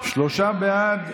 שלושה בעד,